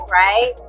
right